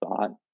thought